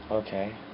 Okay